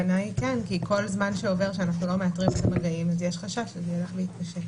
כי כל זמן שעובר שאנחנו לא מאתרים את המגעים אז יש חשש שזה ילך ויתפשט.